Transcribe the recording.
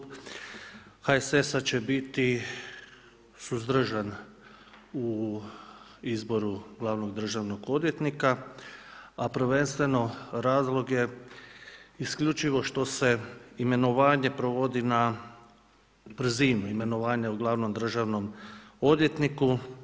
HSS će biti suzdržan u izboru glavnog državnog odvjetnika a prvenstveno razlog je isključivo što se imenovanje provodi na brzinu, imenovanje glavnom državnom odvjetniku.